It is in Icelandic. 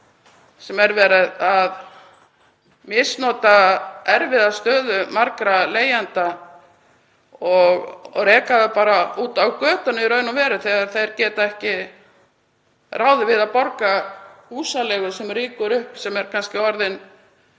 sem verið er að misnota erfiða stöðu margra leigjenda og reka þau út á götu í raun og veru þegar þau ráða ekki við að borga húsaleigu sem rýkur upp, sem er kannski orðin